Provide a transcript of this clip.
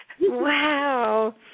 Wow